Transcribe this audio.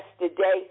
yesterday